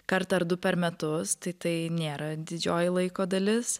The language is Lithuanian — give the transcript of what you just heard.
kartą ar du per metus tai tai nėra didžioji laiko dalis